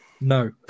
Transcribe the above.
no